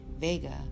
Vega